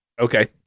Okay